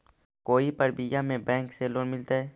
कोई परबिया में बैंक से लोन मिलतय?